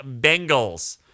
Bengals